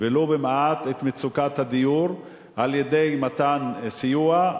ולו במעט את מצוקת הדיור על-ידי מתן סיוע,